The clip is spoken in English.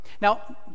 Now